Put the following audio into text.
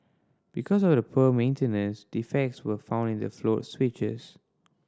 because of the poor maintenance defects were found in the float switches